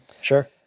Sure